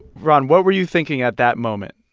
ron, what were you thinking at that moment?